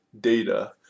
data